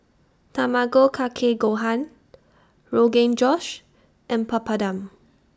Tamago Kake Gohan Rogan Josh and Papadum